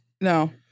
No